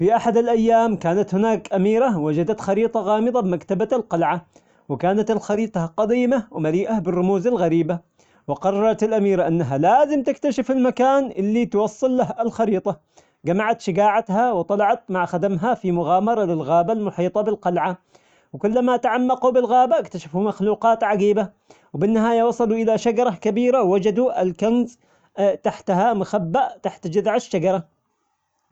في أحد الأيام كانت هناك أميرة وجدت خريطة غامضة بمكتبة القلعة، وكانت الخريطة قديمة ومليئة بالرموز الغريبة، وقررت الأميرة أنها لازم تكتشف المكان اللي توصل له الخريطة، جمعت شجاعتها وطلعت مع خدمها في مغامرة للغابة المحيطة بالقلعة، وكلما تعمقوا بالغابة اكتشفوا مخلوقات عجيبة، وبالنهاية وصلوا إلى شجرة كبيرة وجدوا الكنز تحتها مخبأ تحت جذع الشجرة.